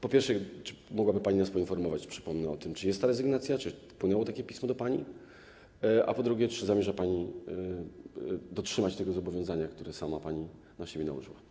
Po pierwsze, czy mogłaby pani nas poinformować - przypomnę o tym - czy jest ta rezygnacja, czy wpłynęło takie pismo do pani, a po drugie, czy zamierza pani dotrzymać tego zobowiązania, które sama pani na siebie nałożyła?